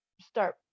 start